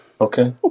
Okay